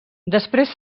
després